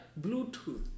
Bluetooth